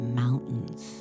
mountains